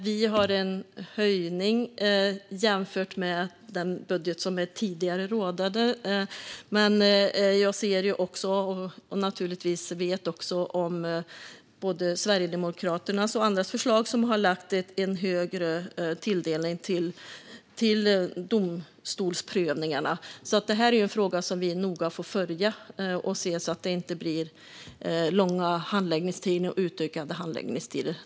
Vi har en höjning jämfört med den tidigare rådande budgeten, men jag både ser och vet naturligtvis om Sverigedemokraternas och andras förslag, där man har gjort en större tilldelning till domstolsprövningarna. Detta är alltså en fråga som vi noga får följa för att se till att det inte blir långa och utökade handläggningstider.